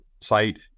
site